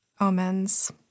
Omens